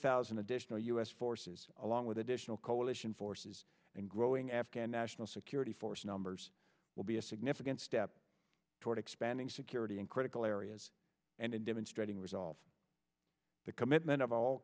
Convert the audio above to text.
thousand additional u s forces along with additional coalition forces and growing afghan national security force numbers will be a significant step toward expanding security in critical areas and in demonstrating resolve the commitment of all